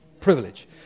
privilege